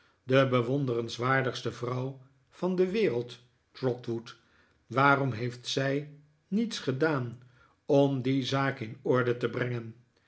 die bewonderenswaardigste vrouw van de wereld trotwood waarom heeft z ij niets gedaan om die zaak in orde te brengen